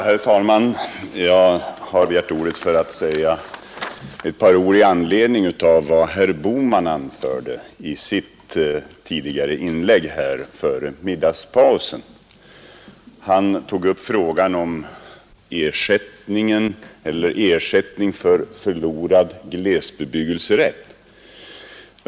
Herr talman! Jag har begärt ordet med anledning av vad herr Bohman anförde i sitt inlägg före middagspausen. Han tog upp frågan om ersättning för förlorad glesbebyggelserätt.